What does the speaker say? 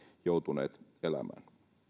joutuneet elämään